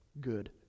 good